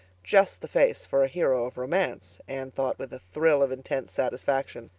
just the face for a hero of romance, anne thought with a thrill of intense satisfaction.